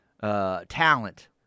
talent